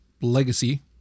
legacy